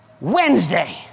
Wednesday